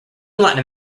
latin